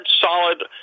solid